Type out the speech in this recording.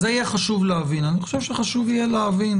אז את זה יהיה חשוב להבין ואני חושב שחשוב יהיה להבין,